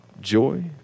joy